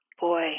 Boy